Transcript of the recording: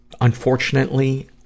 unfortunately